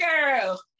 Girl